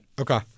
Okay